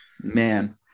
Man